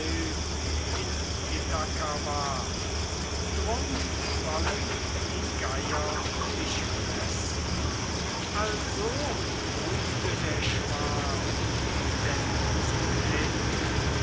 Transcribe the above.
in ithaka war drum sollen die geier dich fressen also rufte der schwarm denn sie wähnten